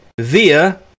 via